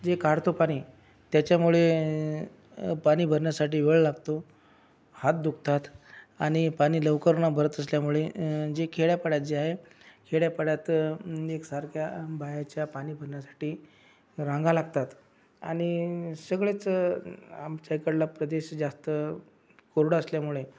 जे काढतो पाणी त्याच्यामुळे पाणी भरण्यासाठी वेळ लागतो हात दुखतात आणि पाणी लवकर न भरत असल्यामुळे जे खेड्यापाड्यात जे आहे खेड्यापाड्यात एकसारख्या बायाच्या पाणी भरण्यासाठी रांगा लागतात आणि सगळेच आमच्याकडला प्रदेश जास्त कोरडा असल्यामुळे